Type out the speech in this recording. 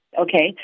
okay